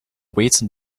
weights